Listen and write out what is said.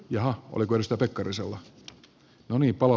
ja oliko isto pekkarisella anibal